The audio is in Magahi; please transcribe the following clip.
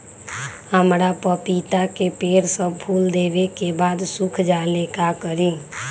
हमरा पतिता के पेड़ सब फुल देबे के बाद सुख जाले का करी?